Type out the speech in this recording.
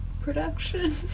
production